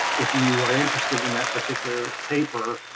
if you are interested in that particular paper,